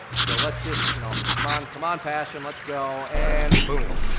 so let's just you know come on, come on passion let's go, and boom.